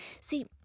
See